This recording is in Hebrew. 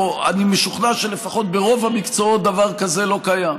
או שאני משוכנע שלפחות ברוב המקצועות דבר כזה לא קיים.